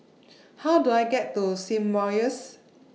How Do I get to Symbiosis